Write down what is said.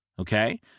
Okay